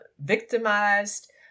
victimized